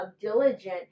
diligent